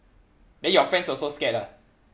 then your friends also scared lah